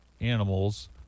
animals